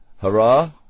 Hurrah